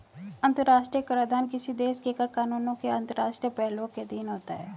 अंतर्राष्ट्रीय कराधान किसी देश के कर कानूनों के अंतर्राष्ट्रीय पहलुओं के अधीन होता है